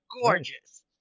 gorgeous